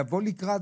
לבוא לקראת.